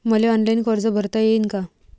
मले ऑनलाईन कर्ज भरता येईन का?